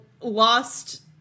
lost